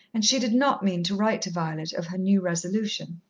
and she did not mean to write to violet of her new resolution.